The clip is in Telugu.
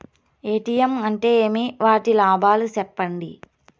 ఎ.టి.ఎం అంటే ఏమి? వాటి లాభాలు సెప్పండి